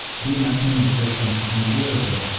do-nothing existence endurable,